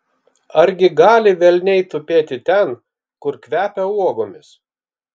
argi gali velniai tupėti ten kur kvepia uogomis